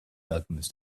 alchemist